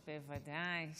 בוודאי.